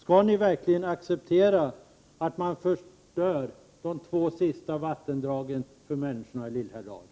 Skall ni verkligen acceptera att man förstör de två sista vattendragen för människorna i Lillhärdal?